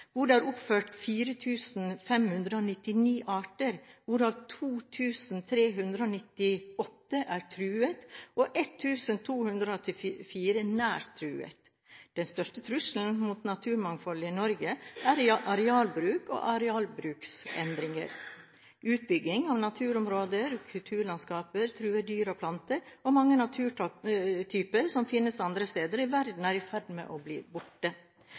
det oppført 4 599 arter, hvorav 2 398 er klassifisert som truet og 1 284 som nær truet. Den største trusselen mot naturmangfoldet i Norge er arealbruk og arealbruksendringer. Utbygging av naturområder og kulturlandskapet truer dyr og planter, og mange naturtyper som ikke finnes andre steder i verden, er i ferd med å bli borte.